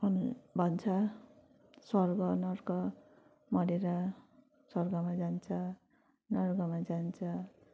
अनि भन्छ स्वर्ग नर्क मरेर स्वर्गमा जान्छ नर्कमा जान्छ